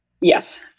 Yes